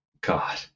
god